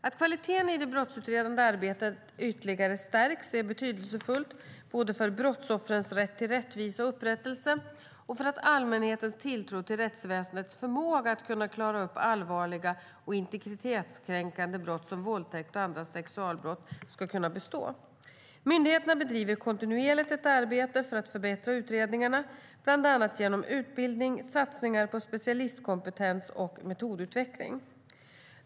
Att kvaliteten i det brottsutredande arbetet stärks ytterligare är betydelsefullt, både för brottsoffrens rätt till rättvisa och upprättelse och för att allmänhetens tilltro till rättsväsendets förmåga att kunna klara upp allvarliga och integritetskränkande brott som våldtäkt och andra sexualbrott ska kunna bestå. Myndigheterna bedriver kontinuerligt ett arbete för att förbättra utredningarna, bland annat genom utbildning, satsningar på specialistkompetens och metodutveckling.